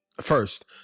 first